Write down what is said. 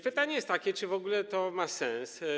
Pytanie jest takie: Czy w ogóle to ma sens?